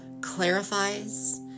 clarifies